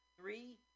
Three